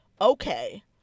okay